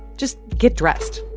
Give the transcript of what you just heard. just get dressed.